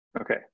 Okay